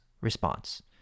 response